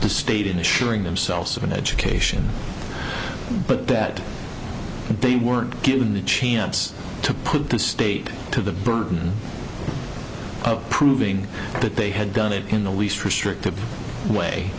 the state in assuring themselves of an education but that they weren't given the chance to put the state to the burden of proving that they had done it in the least restrictive way